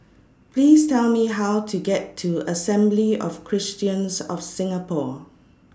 Please Tell Me How to get to Assembly of Christians of Singapore